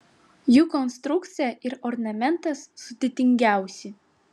jų konstrukcija ir ornamentas sudėtingiausi